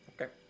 Okay